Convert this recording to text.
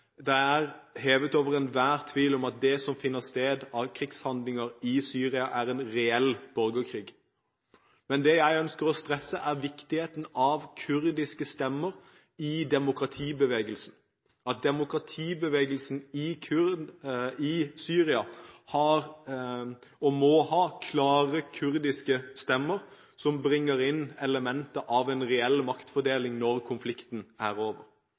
det som finner sted av krigshandlinger i Syria, er en reell borgerkrig. Men det jeg ønsker å stresse, er viktigheten av kurdiske stemmer i demokratibevegelsen, at demokratibevegelsen i Syria har, og må ha, klare kurdiske stemmer som bringer inn elementet av en reell maktfordeling når konflikten er over.